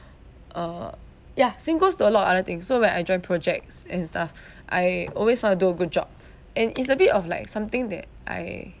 uh yeah same goes to a lot of other things so when I join projects and stuff I always want to do a good job and it's a bit of like something that I